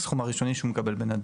לסכום הראשוני שהוא מקבל בנתב"ג.